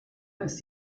ist